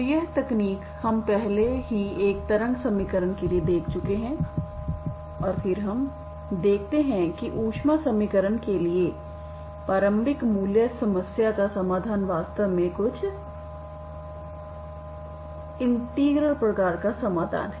तो यह तकनीक हम पहले ही एक तरंग समीकरण के लिए देख चुके हैं और फिर हम देखते हैं कि ऊष्मा समीकरण के लिए प्रारंभिक मूल्य समस्या का समाधान वास्तव में कुछ अभिन्न प्रकार का समाधान है